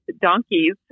donkeys